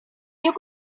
could